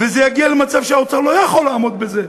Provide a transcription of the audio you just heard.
וזה יגיע למצב שהאוצר לא יכול לעמוד בזה.